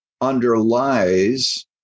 underlies